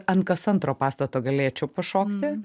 ant kas antro pastato galėčiau pašokti